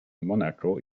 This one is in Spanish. mónaco